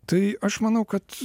tai aš manau kad